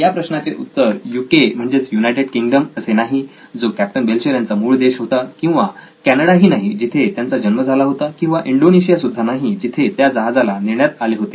या प्रश्नाचे उत्तर हे युके म्हणजेच युनायटेड किंगडम असे नाही जो कॅप्टन बेल्चर यांचा मूळ देश होता किंवा कॅनडा ही नाही जिथे त्यांचा जन्म झाला होता किंवा इंडोनेशिया सुद्धा नाही जिथे त्या जहाजाला नेण्यात आले होते